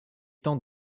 tente